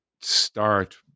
start